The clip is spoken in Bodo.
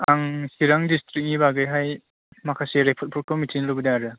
आं चिरां द्रिस्टिकनि बागैहाय माखासे रिपर्टफोरखौ मिथिनो लुबैदों आरो